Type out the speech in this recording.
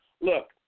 Look